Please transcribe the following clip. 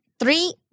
Three